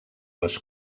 les